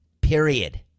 period